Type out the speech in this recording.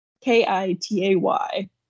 K-I-T-A-Y